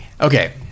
okay